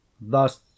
thus